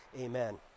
amen